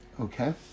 Okay